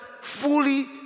fully